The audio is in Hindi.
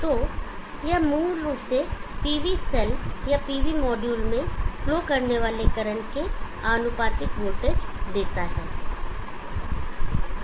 तो यह मूल रूप से पीवी सेल या पीवी मॉड्यूल में फ्लो करने वाले करंट के आनुपातिक वोल्टेज देता है